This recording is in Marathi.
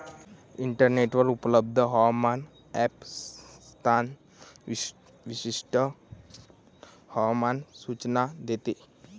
इंटरनेटवर उपलब्ध हवामान ॲप स्थान विशिष्ट हवामान सूचना देते